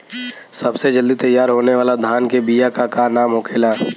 सबसे जल्दी तैयार होने वाला धान के बिया का का नाम होखेला?